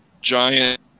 giant